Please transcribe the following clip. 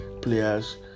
players